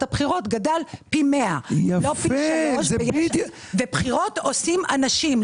הבחירות גדל פי 100. בחירות עושים אנשים,